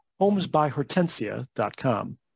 homesbyhortensia.com